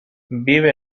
vive